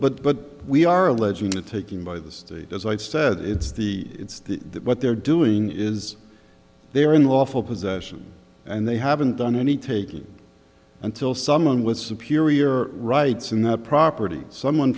but but we are alleging the taking by the state as i said it's the it's the that what they're doing is they are unlawful possession and they haven't done any taking until someone with superior rights and that property someone